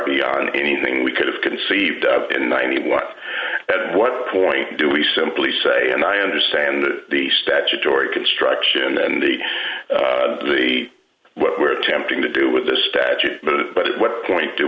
beyond anything we could have conceived of in ninety one at what point do we simply say and i understand the statutory construction and the what we're attempting to do with the statute but at what point do